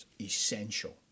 essential